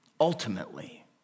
ultimately